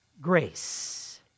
grace